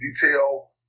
detail